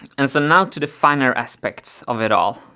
and so now to the finer aspects of it all,